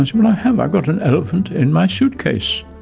um i have, i've got an elephant in my suitcase.